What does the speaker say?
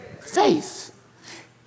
faith